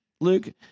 Luke